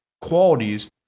qualities